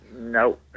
No